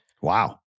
Wow